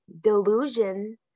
delusion